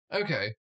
Okay